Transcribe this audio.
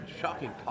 Shocking